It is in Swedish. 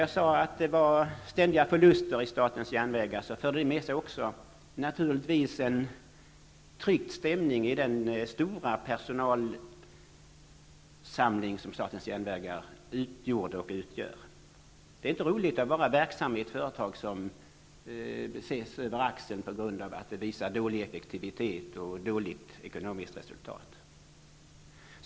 Jag sade att det var ständiga förluster i statens järnvägar, och det förde naturligtvis också med sig en tryckt stämning i den stora personalsamling som statens järnvägar utgjorde och utgör. Det är inte roligt att vara verksam i ett företag som ses över axeln på grund av att det visar dålig effektivitet och dåligt ekonomiskt resultat.